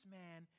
man